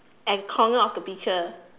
at a corner of the picture